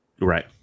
Right